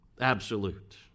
Absolute